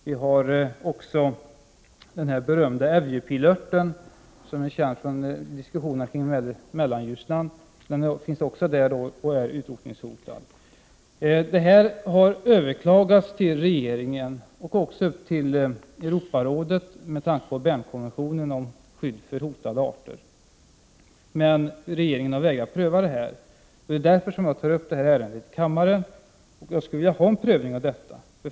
Vi har också den berömda älgpilörten, som är känd från diskussionerna kring Mellanljusnan. Den finns också i detta delta och är utrotningshotad. Ärendet har överklagats till regeringen och även till Europarådet, med tanke på Bernkonventionen om skydd för hotade arter. Men regeringen har vägrat pröva ärendet. Det är därför som jag tar upp den här frågan i kammaren. Jag skulle vilja ha en prövning av detta.